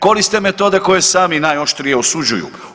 koriste metode koje sami najoštrije osuđuju.